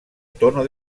tono